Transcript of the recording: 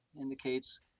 indicates